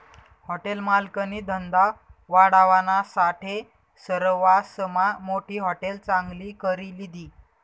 hotel मालकनी धंदा वाढावानासाठे सरवासमा मोठी हाटेल चांगली करी लिधी